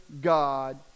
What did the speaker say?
god